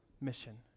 mission